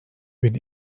bin